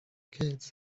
kids